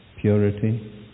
purity